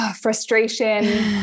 Frustration